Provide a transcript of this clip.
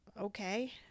okay